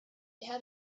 had